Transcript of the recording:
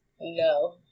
no